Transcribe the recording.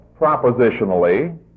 propositionally